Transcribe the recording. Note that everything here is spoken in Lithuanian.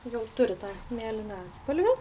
jau turi tą mėlyną atspalvį